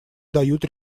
дают